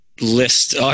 List